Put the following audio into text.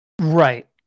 Right